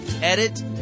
edit